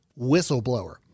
whistleblower